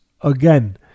again